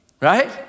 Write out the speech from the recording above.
Right